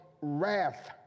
wrath